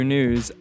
News